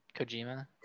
Kojima